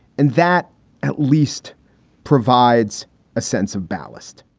and that at least provides a sense of ballast